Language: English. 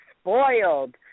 spoiled